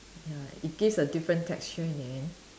ya it gives a different texture in the end